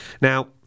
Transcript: Now